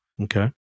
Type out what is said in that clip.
Okay